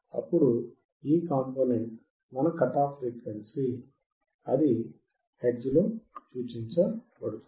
అప్పుడు ఈ కాంపోనెంట్ మన కట్ ఆఫ్ ఫ్రీక్వెన్సీ అది హెర్ట్జ్ లో సూచించబడుతుంది